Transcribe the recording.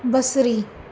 बसरी